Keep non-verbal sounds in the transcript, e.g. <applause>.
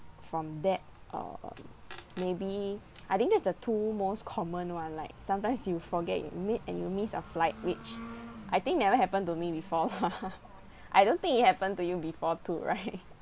from that err maybe I think that's the two most common [one] like sometimes you forget you need and you miss a flight which I think never happened to me before lah <laughs> I don't think it happened to you before too right